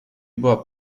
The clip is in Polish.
była